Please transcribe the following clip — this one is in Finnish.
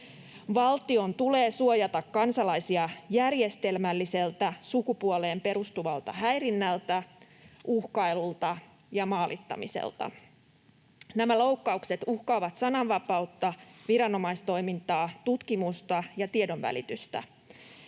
Valtion tulee suojata kansalaisia järjestelmälliseltä sukupuoleen perustuvalta häirinnältä, uhkailulta ja maalittamiselta. Nämä loukkaukset uhkaavat sananvapautta, viranomaistoimintaa, tutkimusta ja tiedonvälitystä.